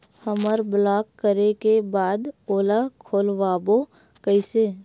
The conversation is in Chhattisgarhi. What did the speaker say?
हमर ब्लॉक करे के बाद ओला खोलवाबो कइसे?